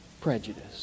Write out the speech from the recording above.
prejudice